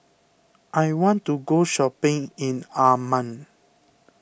I want to go shopping in Amman